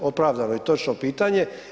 Opravdano i točno pitanje.